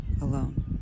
alone